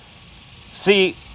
See